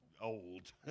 old